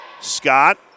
Scott